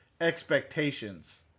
expectations